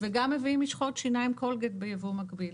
וגם מביאים משחות שיניים קולגייט ביבוא מקביל.